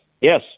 Yes